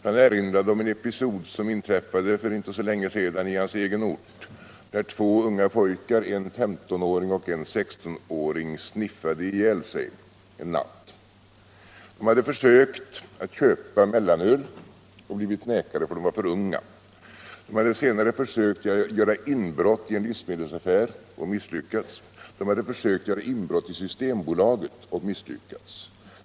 Han erinrade om en episod som inträffade för inte så länge sedan i hans egen ort, där två unga pojkar, en 15-åring och en 16-åring, sniffade ihjäl sig en natt. De hade försökt köpa mellanöl och blivit nekade för att de var för unga. Senare hade de försökt göra inbrott i en livsmedelsaffär och misslyckats. De hade också försökt göra inbrott i Systembolaget och misslyckats.